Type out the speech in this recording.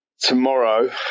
tomorrow